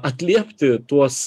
atliepti tuos